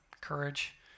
courage